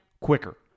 quicker